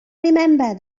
remember